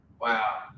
Wow